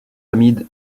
hamid